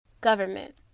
Government